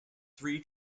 three